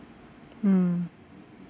mm